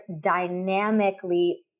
dynamically